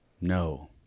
No